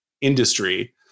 industry